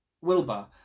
Wilbur